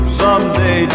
someday